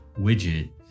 widget